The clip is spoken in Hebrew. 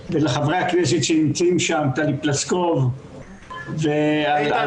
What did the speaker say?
ולחברי הכנסת שנמצאים שם טלי פלוסקוב -- איתן גינזבורג ומיקי לוי.